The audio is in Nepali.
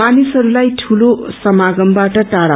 मानिसहरूलाई ठूलो समामबाट टाइ